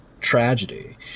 Tragedy